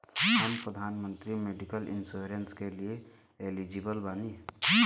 हम प्रधानमंत्री medical insurance के लिए एलिजिबल बानी?